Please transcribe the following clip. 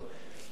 כפי שאמרתי,